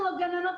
אנחנו הגננות,